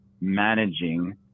managing